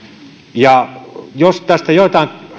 jos tällä piiskalla joitain